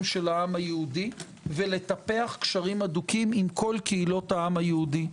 של העם היהודי ולטפח קשרים הדוקים עם כל קהילות העם היהודי.